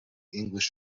english